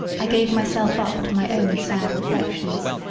i gave myself up to my own sad reflections.